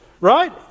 Right